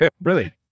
brilliant